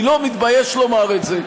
אני לא מתבייש לומר את זה,